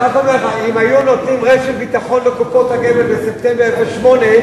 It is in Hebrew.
אני רק אומר לך: אם היו נותנים רשת ביטחון לקופות הגמל בספטמבר 2008,